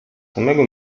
samego